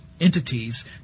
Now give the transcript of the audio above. entities